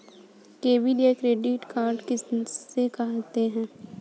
Debit या credit card किसे कहते हैं?